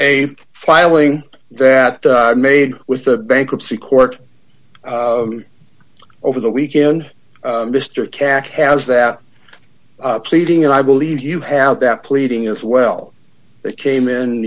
a filing that i made with the bankruptcy court over the weekend mr cat has that pleading and i believe you have that pleading as well that came in